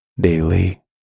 daily